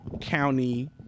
county